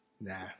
nah